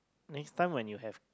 next time when you have